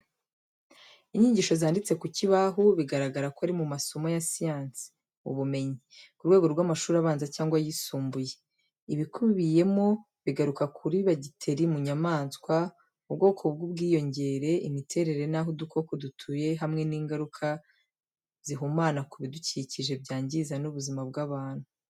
Inyigisho zanditse ku kibaho, bigaragara ko ari mu masomo ya science ubumenyi, ku rwego rw’amashuri abanza cyangwa ayisumbuye. Ibikubiyemo bigaruka kuri bagiteri mu nyamaswa, ubwoko bw’ubwiyongere, imiterere n’aho udukoko dutuye hamwe n’ingaruka z'ihumana ku bidukikije byangiza n'ubuzima bw'abantu.